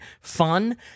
fun